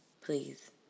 Please